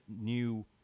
new